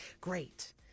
Great